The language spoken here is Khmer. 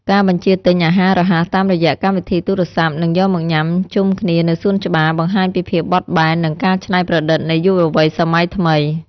ការបញ្ជាទិញអាហាររហ័សតាមរយៈកម្មវិធីទូរស័ព្ទ និងយកមកញ៉ាំជុំគ្នានៅសួនច្បារ បង្ហាញពីភាពបត់បែន និងការច្នៃប្រឌិតនៃយុវវ័យសម័យថ្មី។